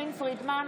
יסמין פרידמן,